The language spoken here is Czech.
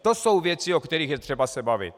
To jsou věci, o kterých je třeba se bavit.